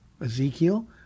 Ezekiel